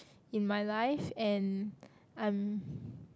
in my life and I'm